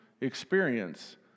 experience